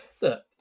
look